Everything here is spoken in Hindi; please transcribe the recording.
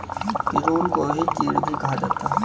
पिरुल को ही चीड़ भी कहा जाता है